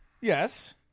yes